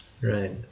right